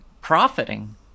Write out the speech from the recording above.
profiting